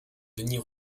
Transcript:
denys